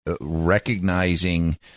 recognizing